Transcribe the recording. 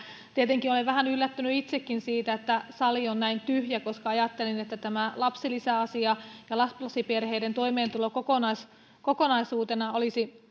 tietenkin olen vähän yllättynyt itsekin siitä että sali on näin tyhjä koska ajattelin että tämä lapsilisäasia ja lapsiperheiden toimeentulo kokonaisuutena olisi